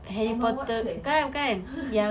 emma watson